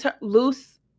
loose